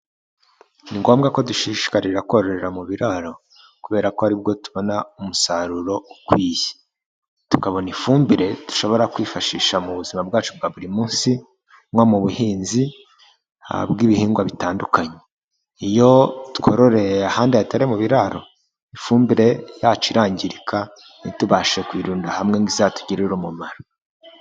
Ni ngombwa ko dushishikarira kororera mu biraro kubera ko aribwo tubona umusaruro ukwiye, tukabona ifumbire dushobora kwifashisha mu buzima bwacu bwa buri munsi nko mu buhinzi habamo ibihingwa bitandukanye, iyo twororeye ahandi hatari mu biraro ifumbire yacu irangirika ntitubashe kuyirunda hamwe ngo izatugirire umumaro.